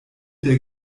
der